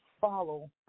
follow